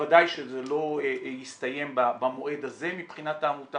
שבוודאי שזה לא יסתיים במועד הזה מבחינת העמותה